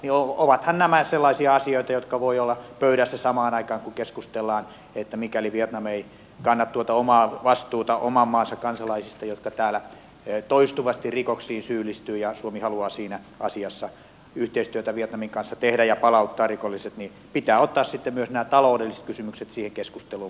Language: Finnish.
ovathan nämä sellaisia asioita jotka voivat olla pöydässä samaan aikaan kun keskustellaan siitä että mikäli vietnam ei kanna omaa vastuuta oman maansa kansalaisista jotka täällä toistuvasti rikoksiin syyllistyvät ja suomi haluaa siinä asiassa yhteistyötä vietnamin kanssa tehdä ja palauttaa rikolliset niin pitää ottaa sitten myös nämä taloudelliset kysymykset siihen keskusteluun mukaan